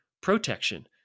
protection